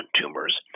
tumors